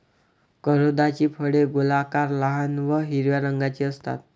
करोंदाची फळे गोलाकार, लहान व हिरव्या रंगाची असतात